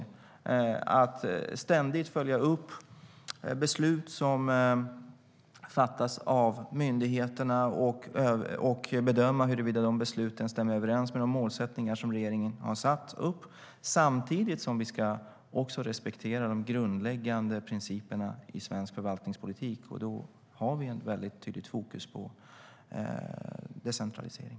Det handlar om att ständigt följa upp beslut som fattas av myndigheterna och bedömda huruvida de besluten stämmer överens med de målsättningar som regeringen har satt upp. Samtidigt ska vi också respektera de grundläggande principerna i svensk förvaltningspolitik, och där har vi ett väldigt tydligt fokus på decentralisering.